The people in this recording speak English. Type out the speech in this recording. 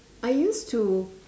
I used to